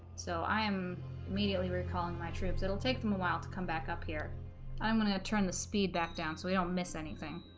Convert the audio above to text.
so i am immediately recalling my troops it'll take them a while to come back up here i'm gonna turn the speed back down so we don't miss anything